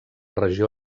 regió